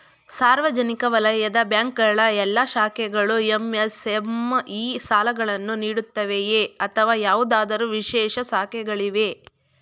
ಸಾರ್ವಜನಿಕ ವಲಯದ ಬ್ಯಾಂಕ್ ಗಳ ಎಲ್ಲಾ ಶಾಖೆಗಳು ಎಂ.ಎಸ್.ಎಂ.ಇ ಸಾಲಗಳನ್ನು ನೀಡುತ್ತವೆಯೇ ಅಥವಾ ಯಾವುದಾದರು ವಿಶೇಷ ಶಾಖೆಗಳಿವೆಯೇ?